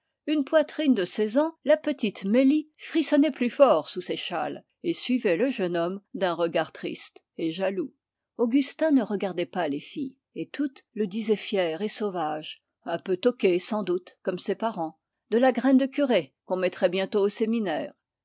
une poitrinaire de seize ans la petite mélie frissonnait plus fort sous ses châles et suivait le jeune homme d'un regard triste et jaloux augustin ne regardait pas les filles et toutes le disaient fier et sauvage un peu toqué sans doute comme ses parents de la graine de curé qu'on mettrait bientôt au séminaire